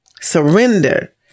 surrender